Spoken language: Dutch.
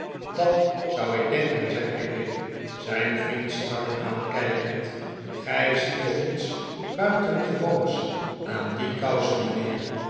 dat zou ik denken zei pickwick zijn vriend strak aankijkend gij ziet toch niets buitengewoons aan die kousen mijnheer